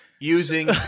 using